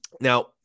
Now